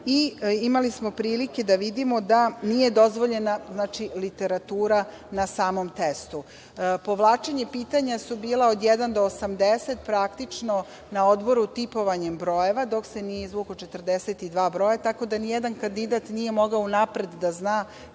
minuta. Imali smo prilike da vidimo da nije dozvoljena literatura na samom testu. Povlačenje pitanja bi bilo od 1 do 80, na odboru praktično tipovanjem broja, dok se nisu izvukla 42 broja, tako da ni jedan kandidat nije mogao unapred da zna